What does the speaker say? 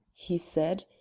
he said,